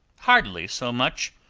hardly so much.